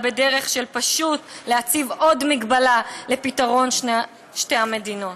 פשוט בדרך של להציב עוד מגבלה לפתרון שתי המדינות.